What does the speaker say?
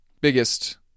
biggest